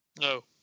No